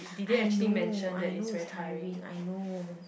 I know I know it's tiring I know